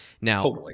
Now